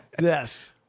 Yes